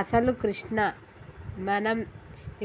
అసలు కృష్ణ మనం